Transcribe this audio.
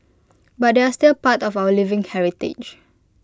but they're still part of our living heritage